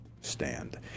stand